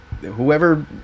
whoever